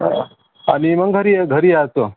आणि मग घरी या घरी यायचं